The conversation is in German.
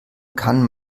kann